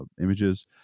images